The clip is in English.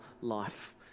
life